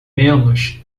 menos